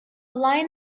line